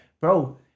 bro